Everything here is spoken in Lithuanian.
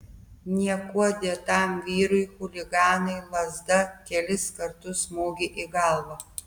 niekuo dėtam vyrui chuliganai lazda kelis kartus smogė į galvą